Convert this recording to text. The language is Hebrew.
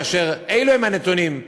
כאשר אלו הם הנתונים,